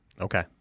Okay